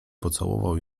pocałował